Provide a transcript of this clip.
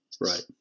Right